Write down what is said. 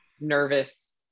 nervous